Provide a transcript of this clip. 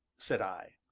said i.